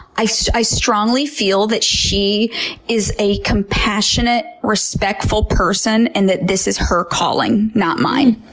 i i strongly feel that she is a compassionate, respectful person and that this is her calling, not mine.